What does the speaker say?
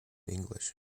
english